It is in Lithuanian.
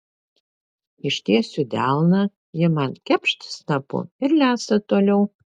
ištiesiu delną ji man kepšt snapu ir lesa toliau